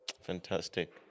Fantastic